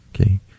Okay